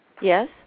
Yes